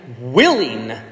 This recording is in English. willing